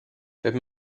wenn